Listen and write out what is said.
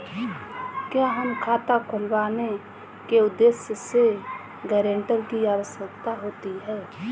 क्या हमें खाता खुलवाने के उद्देश्य से गैरेंटर की आवश्यकता होती है?